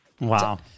wow